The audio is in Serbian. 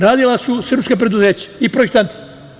Radila su srpska preduzeća i projektanti.